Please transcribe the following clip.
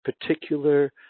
particular